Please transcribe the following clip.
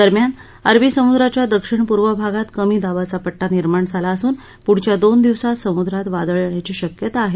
दरम्यान अरबी समुद्राच्या दक्षिण पूर्व भागात कमी दाबाचा पट्टा निर्माण झाला असून पुढच्या दोन दिवसात समुद्रात वादळ येण्याची शक्यता आहे